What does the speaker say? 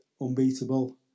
unbeatable